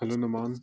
hello Noman